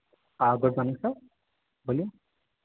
good morning sir बोलिए